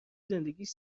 زندگیش